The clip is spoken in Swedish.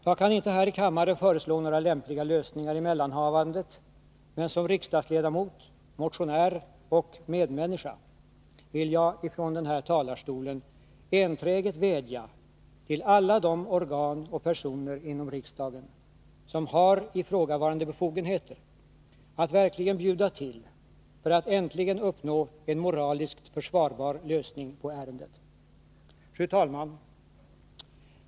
Jag kan inte här i kammaren föreslå några lämpliga lösningar av mellanhavandet, men som riksdagsledamot, motionär och medmänniska vill jag — från denna talarstol — enträget vädja till alla de organ och personer inom riksdagen som har ifrågavarande befogenheter att verkligen bjuda till för att äntligen uppnå en moraliskt försvarbar lösning på ärendet. Fru talman!